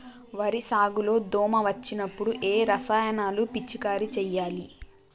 వరి సాగు లో దోమ వచ్చినప్పుడు ఏ రసాయనాలు పిచికారీ చేయాలి?